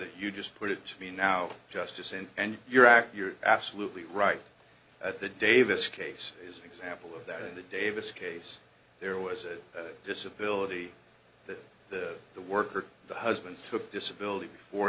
that you just put it to me now justice and your act you're absolutely right that the davis case is an example of that in the davis case there was a disability that the the worker the husband took disability before